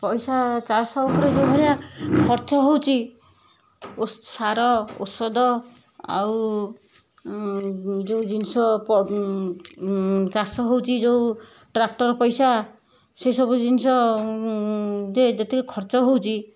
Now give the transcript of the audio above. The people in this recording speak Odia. ପଇସା ଚାଷ ଯେଉଁ ଭଳିଆ ଖର୍ଚ୍ଚ ହଉଛି ଓ ସାର ଓଷଦ ଆଉ ଯେଉଁ ଜିନିଷ ଚାଷ ହଉଛି ଯେଉଁ ଟ୍ରାକ୍ଟର ପଇସା ସେ ସବୁ ଜିନିଷ ଯେ ଯେତିକି ଖର୍ଚ୍ଚ ହଉଛି